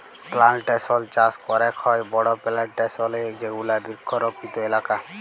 plantation চাস ক্যরেক হ্যয় বড় প্লানটেশল এ যেগুলা বৃক্ষরপিত এলাকা